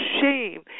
shame